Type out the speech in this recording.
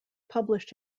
published